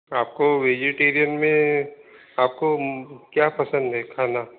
आपको वेजिटेरियन में आपको क्या पसन्द है खाना